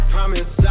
Promise